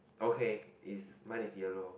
okay is mine is yellow